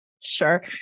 sure